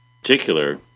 particular